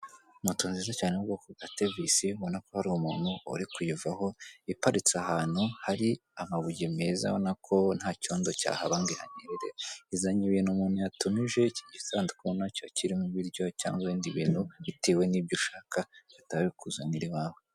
Moto nziza cyane yo mu bwoko bwa tevisi ubona ko hari umuntu uri kuyivaho, iparitse ahantu hari amabuye meza ubona ko nta cyondo cyahaba ngo ihanyerere, izanye ibintu umuntu yatumije. Iki gisanduku ubona ko kirimo ibiryo cyangwa ibindi bintu bitewe n'ibyo ushaka bahita babikuzanira iwawe.